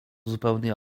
zupełnie